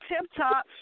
tip-top